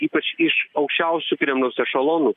ypač iš aukščiausių kremliaus ešelonų